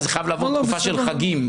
זה חייב לעבור תקופה של חגים,